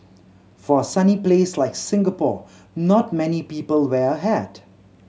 for a sunny place like Singapore not many people wear a hat